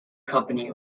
company